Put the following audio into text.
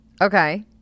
Okay